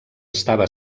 estava